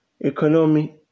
economy